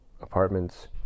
apartments